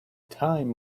time